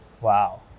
Wow